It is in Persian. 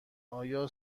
آیا